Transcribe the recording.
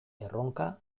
erronka